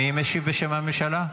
מי משיב בשם הממשלה?